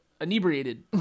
inebriated